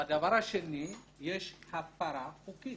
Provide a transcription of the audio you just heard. הדבר השני, יש הפרה חוקית.